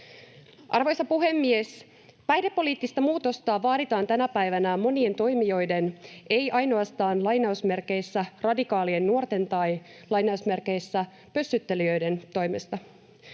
Arvoisa puhemies! Päihdepoliittista muutosta vaaditaan tänä päivänä monien toimijoiden toimesta, ei ainoastaan ”radikaalien nuorten” tai ”pössyttelijöiden”.